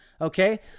okay